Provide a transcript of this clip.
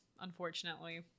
unfortunately